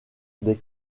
des